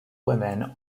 women